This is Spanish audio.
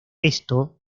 esto